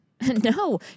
No